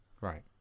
Right